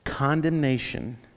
Condemnation